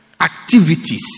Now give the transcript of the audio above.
activities